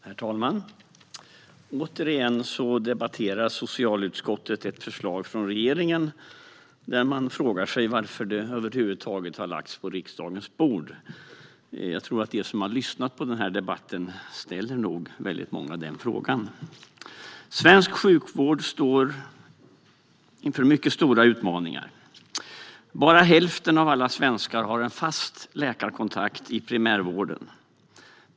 Herr talman! Återigen debatterar socialutskottet ett förslag från regeringen som jag frågar mig varför det över huvud taget har lagts på riksdagens bord. Jag tror även att många av dem som har lyssnat på debatten ställer den frågan. Svensk sjukvård står inför mycket stora utmaningar. Bara hälften av alla svenskar har en fast läkarkontakt i primärvården.